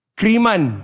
kriman